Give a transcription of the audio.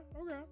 Okay